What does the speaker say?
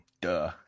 duh